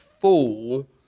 fool